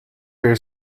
weer